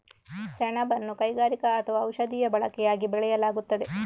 ಸೆಣಬನ್ನು ಕೈಗಾರಿಕಾ ಅಥವಾ ಔಷಧೀಯ ಬಳಕೆಯಾಗಿ ಬೆಳೆಯಲಾಗುತ್ತದೆ